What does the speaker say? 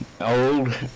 old